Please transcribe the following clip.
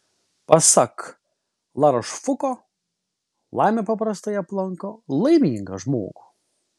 pasak larošfuko laimė paprastai aplanko laimingą žmogų